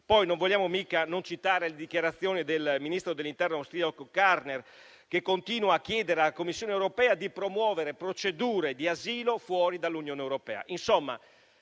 Poi, non vogliamo mica non citare le dichiarazioni del ministro dell'interno austriaco Karner, che continua a chiedere alla Commissione europea di promuovere procedure di asilo fuori dall'Unione europea.